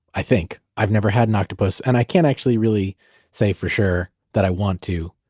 i think. i've never had an octopus and i can't actually really say for sure that i want to.